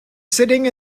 sitting